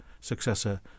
successor